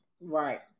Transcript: right